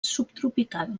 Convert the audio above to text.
subtropical